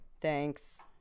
Thanks